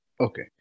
okay